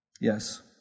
Yes